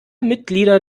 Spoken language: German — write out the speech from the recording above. mitglieder